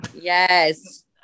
yes